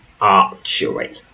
archery